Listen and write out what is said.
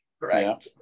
right